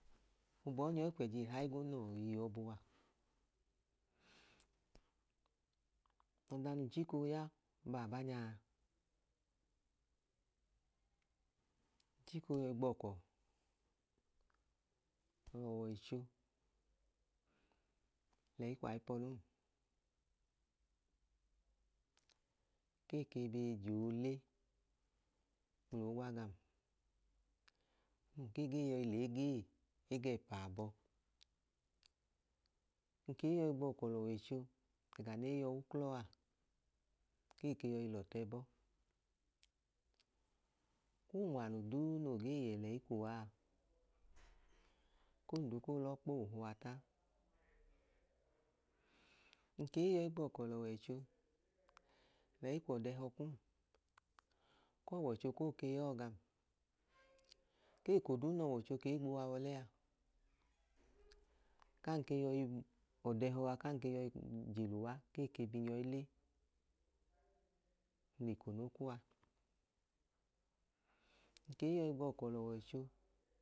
Ng gbọọ nyọ i kwẹji ihayi igwo noo yọ iọbu a. Ọda num chika ooya baabanya a, ng chika ooyọi gbọkọ lẹ ọwọicholẹyi kwu ayipẹ ọlum. Ka ee ke bee je oole mla oogwa gam. Num ke gee yọi lẹ egee mla eego ẹpa abọ. Ng ke i yọ i gbọkọ lẹ ọwọicho ẹga ne yọkee ke yọi lẹ ọtu ẹbọ ku unwalu duu noo ge yẹ lẹyi kwu uwa a, ku ondu koo lẹ ọọ kpowu gwu uwa ta. Ng ke i yọ i gbọkọ lẹ ọwọicho, lẹyi kwu ọda ẹhọ kum ku ọwọicho kook e ya ọọ gam, ku eko duu nẹ ọwọicho i ke bi uwa wa ọlẹ a, kan ka yọi, ọda ẹhọ a, kan ka yọi je lẹ uwa mla ikono kuwa. Ng ke i yọi gbọkọ lẹ ọwọicho